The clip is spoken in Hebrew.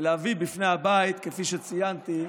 ולהביא בפני הבית, כפי שציינתי,